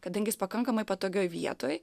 kadangi jis pakankamai patogioj vietoj